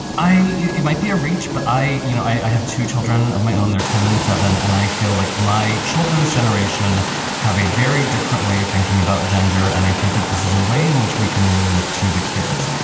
i might be a reach, but i you know, i have two children of my own, they're ten, seven, and i feel like my children's generation generation have a very different way of thinking about gender. and i think that this is a way in which we can really look to the kids.